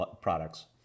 products